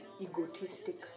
egotistic